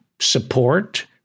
support